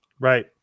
right